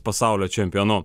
pasaulio čempionu